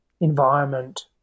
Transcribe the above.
environment